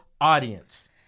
audience